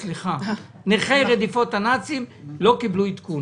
נכי רדיפות הנאצים לא קיבלו עדכון.